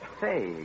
Say